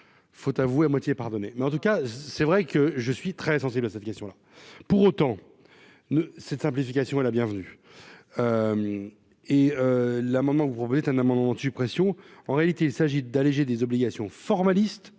faute avouée à moitié pardonnée, mais en tout cas c'est vrai que je suis très sensible à cette question là pour autant ne cette simplification est la bienvenue et la maman vous proposer un amendement de suppression, en réalité, il s'agit d'alléger des obligations formaliste